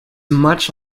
much